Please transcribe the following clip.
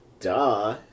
Duh